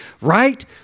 Right